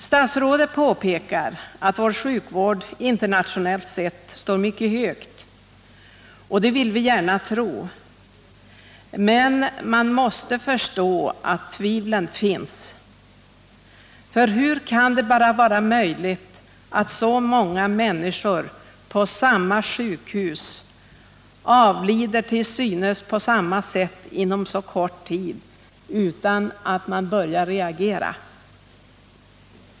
Statsrådet påpekar att vår sjukvård internationellt sett står mycket högt, och det vill vi ju gärna tro, men man måste förstå att tvivlen finns. För hur kan det vara möjligt att så många människor på samma sjukhus avlider på till synes samma sätt inom så kort tid utan att man börjar reagera?